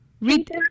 Read